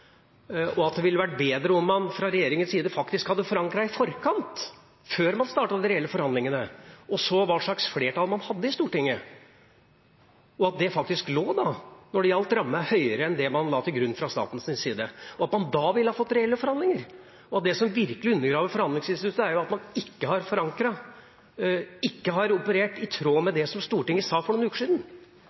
og at det ville vært bedre om man fra regjeringens side faktisk hadde forankret i forkant, før man startet de reelle forhandlingene, og så hva slags flertall man hadde i Stortinget, at rammen faktisk lå høyere enn det man la til grunn fra statens side, og at man da ville fått reelle forhandlinger? Det som virkelig undergraver forhandlingsinstituttet, er jo at man ikke har forankret, ikke operert i tråd med det som Stortinget sa for noen uker siden.